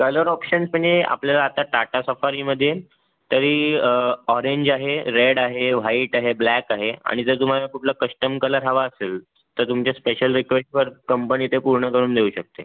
colour options म्हणजे आपल्याला आता टाटा सफारीमध्ये तरी ऑरेंज आहे रेड आहे व्हाईट आहे ब्लॅक आहे आणि जर तुम्हाला कुठला कश्टम कलर हवा असेल तर तुमच्या स्पेशल रिक्वेस्टवर कंपनी ते पूर्ण करून देऊ शकते